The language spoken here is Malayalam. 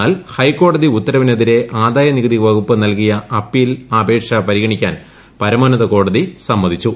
എന്നാൽ ഹൈക്കോടതി ഉത്തരവിനെതിരെ ആദായ നികുതി വകുപ്പ് നൽകിയ അപ്പീൽ അപേക്ഷ പരിഗണിക്കാൻ പരമോന്നത കോടതി സമ്മതിച്ചു